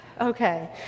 okay